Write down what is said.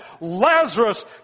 Lazarus